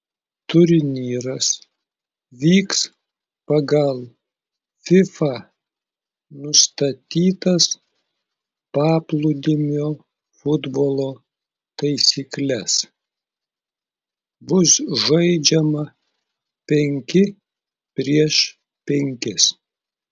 turnyras vyks pagal fifa nustatytas paplūdimio futbolo taisykles bus žaidžiama penki prieš penkis